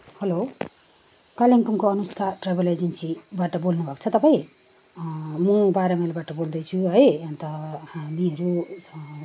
hello कालिम्पोङको Anushka travel एजेन्सीबाट बोल्नुभएको छ तपाईँ म बाह्र माइलबाट बोल्दैछु है अन्त हामीहरू